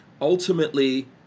Ultimately